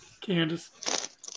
Candace